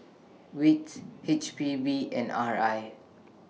WITS H P B and R I